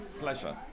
Pleasure